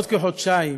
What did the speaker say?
בעוד כחודשיים